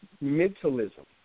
mentalism